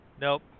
Nope